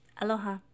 Aloha